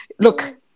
Look